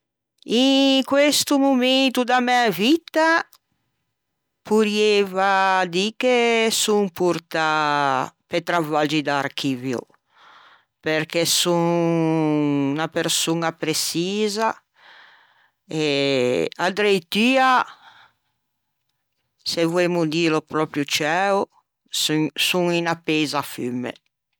In questo momento da mæ vitta porrieiva dî che son portâ pe travaggi d'archivio perché son unna persoña preçisa e ädreitua se voemmo dîlo proprio ciæo son unna peisafumme.